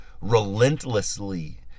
relentlessly